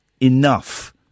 enough